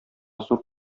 зур